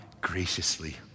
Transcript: graciously